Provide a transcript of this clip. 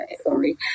Sorry